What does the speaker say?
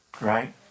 Right